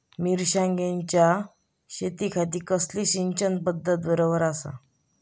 मिर्षागेंच्या शेतीखाती कसली सिंचन पध्दत बरोबर आसा?